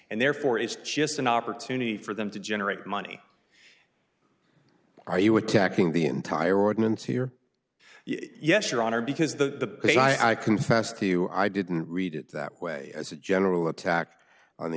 and therefore it's just an opportunity for them to generate money are you attacking the entire ordinance here yes your honor because the way i confess to you i didn't read it that way as a general attack on the